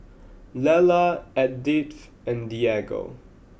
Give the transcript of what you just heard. Lela Edythe and Diego